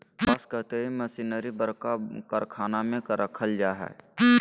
कपास कताई मशीनरी बरका कारखाना में रखल जैय हइ